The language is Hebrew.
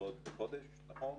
קצבאות בחודש, נכון?